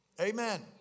Amen